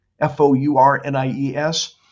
F-O-U-R-N-I-E-S